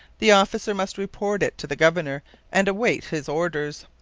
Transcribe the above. the officer must report it to the governor and await his orders.